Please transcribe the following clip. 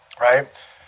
Right